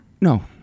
No